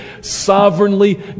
sovereignly